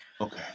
Okay